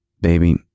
baby